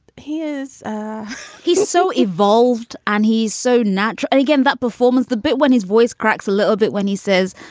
he is he's so evolved and he's so natural and again, that performance, the bit when his voice cracks a little bit when he says,